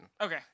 Okay